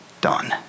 done